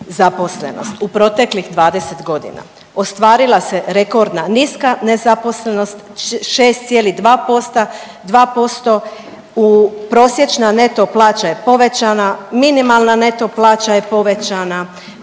u proteklih 20 godina. Ostvarila se rekordna niska nezaposlenost, 6,2%. Prosječna neto plaća je povećana, minimalna neto plaća je povećana,